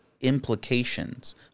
implications